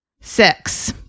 six